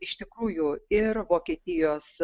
iš tikrųjų ir vokietijos